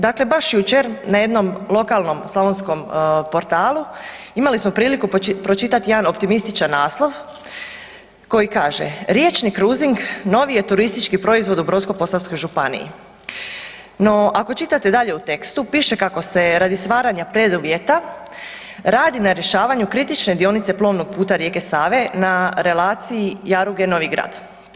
Dakle, baš jučer na jednom lokalnom slavonskom portalu imali smo priliku pročitati jedan optimističan naslov koji kaže, riječni kruzing novi je turistički proizvod u Brodsko-posavskoj županiji, no ako čitate dalje u tekstu piše kako se radi stvaranja preduvjeta radi na rješavanju kritične dionice plovnog puta rijeke Save na relaciji Jaruge – Novi Grad.